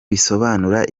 bisobanura